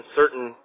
certain